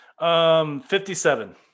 57